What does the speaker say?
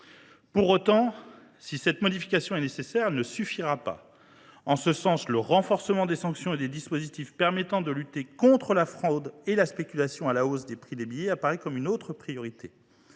Pour autant, si cette modification est nécessaire, elle ne suffira pas. En ce sens, le renforcement des sanctions et des dispositifs permettant de lutter contre la fraude et la spéculation à la hausse des prix des billets apparaît comme une autre priorité.